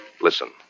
listen